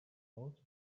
out